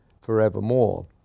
forevermore